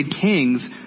kings